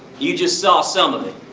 you just saw some of it.